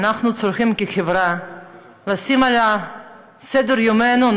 אנחנו צריכים כחברה לשים על סדר-יומנו את